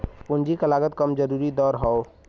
पूंजी क लागत कम जरूरी दर हौ